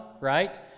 right